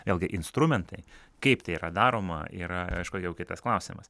vėlgi instrumentai kaip tai yra daroma yra aišku jau kitas klausimas